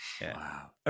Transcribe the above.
Wow